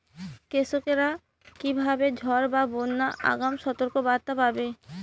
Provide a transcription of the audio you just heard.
কৃষকেরা কীভাবে ঝড় বা বন্যার আগাম সতর্ক বার্তা পাবে?